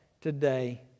today